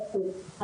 קודם כל,